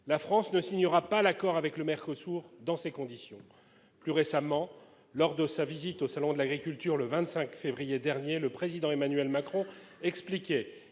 La France ne signera pas l'accord avec le Mercosur dans ces conditions. » Plus récemment, lors de sa visite au Salon de l'agriculture le 25 février dernier, le Président de la République Emmanuel Macron expliquait